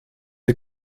ihr